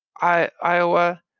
Iowa